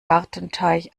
gartenteich